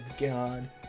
god